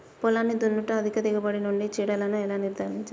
పొలాన్ని దున్నుట అధిక దిగుబడి నుండి చీడలను ఎలా నిర్ధారించాలి?